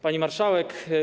Pani Marszałek!